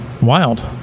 Wild